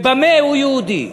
במה הוא יהודי?